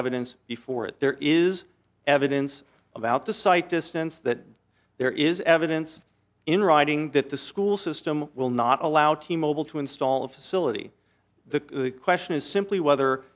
evidence before it there is evidence about the site distance that there is evidence in writing that the school system will not allow t mobile to install a facility the question is simply whether